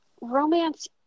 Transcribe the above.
romance